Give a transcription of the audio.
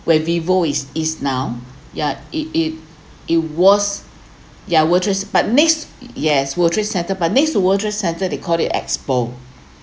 where vivo is east now yeah it it it was yeah world trade but next yes world trade centre but next to world trade centre they call it EXPO